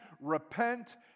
Repent